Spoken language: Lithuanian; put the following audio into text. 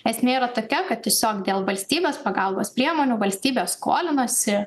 esmė yra tokia kad tiesiog dėl valstybės pagalbos priemonių valstybė skolinasi